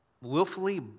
willfully